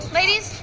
ladies